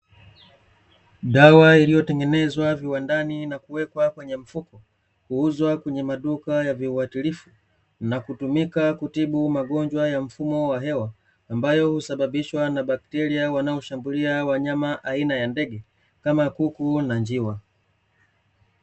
Dawa iliyotengenezwa viwandani na kuwekwa kwenye mfuko, huuzwa kwenye maduka ya viuwatilifu na kutumika kutibu magonjwa ya mfumo wa hewa, ambayo husababishwa na bakteria wanaoshambulia wanyama aina ya ndege kama kuku na njiwa.